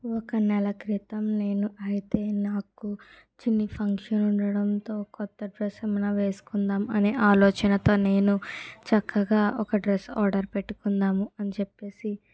ఒక నెల క్రితం నేను అయితే నాకు చిన్ని ఫంక్షన్ ఉండడంతో కొత్త ప్రసంన వేసుకుందాం అనే ఆలోచనతో నేను చక్కగా ఒక డ్రెస్ ఆర్డర్ పెట్టుకుందాము అని చెప్పేసి